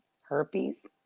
herpes